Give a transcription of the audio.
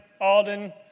Alden